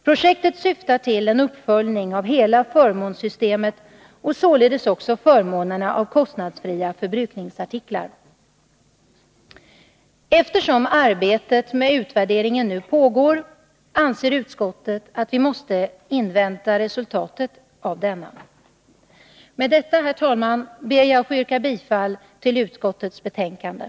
Projektet syftar till en uppföljning av hela förmånssystemet, således också förmånerna av kostnadsfria förbrukningsartiklar. Eftersom arbetet med utvärderingen nu pågår, anser utskottet att vi måste invänta resultatet av denna. Med detta, herr talman, ber jag att få yrka bifall till utskottets hemställan.